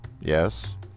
Yes